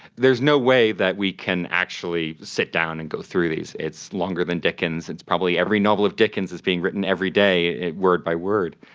there is no way that we can actually sit down and go through these, it's longer than dickens, it's probably every novel of dickens is being written every day, word by word.